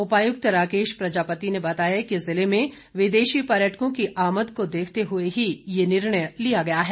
उपायुक्त राकेश प्रजापति ने बताया कि जिले में विदेशी पर्यटकों की आमद को देखते हुए ही यह निर्णय लिया गया है